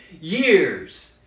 years